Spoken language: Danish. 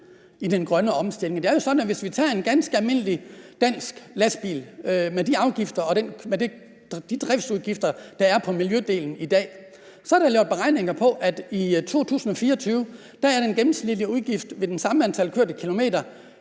i den grønne omstilling. Det er jo sådan, at hvis vi tager en ganske almindelig dansk lastbil med de afgifter og de prisudgifter, der er på miljødelen i dag, så er der lavet beregninger af, at i 2024 er den gennemsnitlige udgift ved det samme antal kørte kilometer